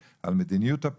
בעזרת השם על מדיניות הפיקוח,